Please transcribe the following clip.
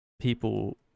People